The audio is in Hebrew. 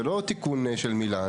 זה לא תיקון של מילה.